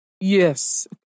Yes